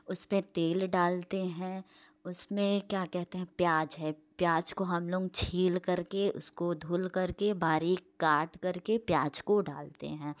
उसमें तेल डालते हैं उसमें क्या कहते हैं प्याज़ है प्याज़ को हम लोग छील कर के उसको धुलकर के बारीक काट कर के प्याज़ को डालते हैं